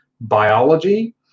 biology